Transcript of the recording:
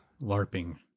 LARPing